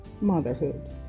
motherhood